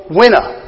winner